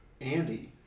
Andy